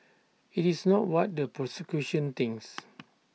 IT is not what the prosecution thinks